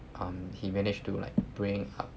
um he managed to like bring up